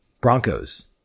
Broncos